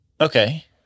Okay